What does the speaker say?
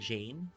Jane